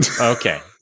Okay